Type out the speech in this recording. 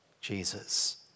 Jesus